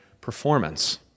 performance